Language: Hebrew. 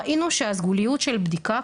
ראינו שהסגוליות של הבדיקה,